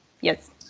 yes